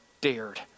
dared